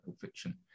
Fiction*